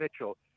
Mitchell